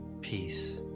peace